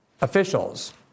officials